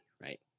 right